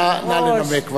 נא לנמק.